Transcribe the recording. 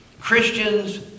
Christians